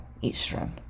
Eastern